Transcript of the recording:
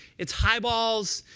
it's highballs,